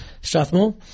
Strathmore